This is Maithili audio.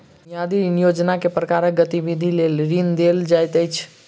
मियादी ऋण योजनामे केँ प्रकारक गतिविधि लेल ऋण देल जाइत अछि